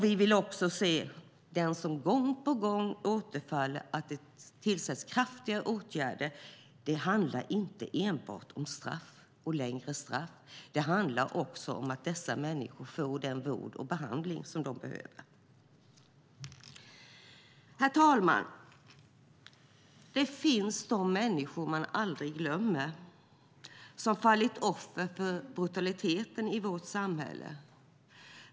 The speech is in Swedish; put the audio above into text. Vi vill också se kraftfulla åtgärder mot den som återfaller gång på gång. Det handlar inte enbart om straff och längre straff. Det handlar också om att dessa människor får den vård och behandling som de behöver. Herr talman! Det finns människor som man aldrig glömmer, som fallit offer för brutaliteten i vårt samhälle.